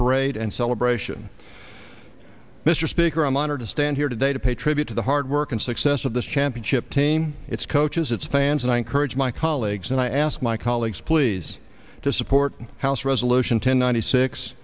parade and celebration mr speaker i'm honored to stand here today to pay tribute to the hard work and success of this championship team its coaches its fans and i encourage my colleagues and i ask my colleagues please to support house resolution ten ninety six